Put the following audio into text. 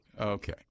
Okay